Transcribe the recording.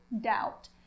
doubt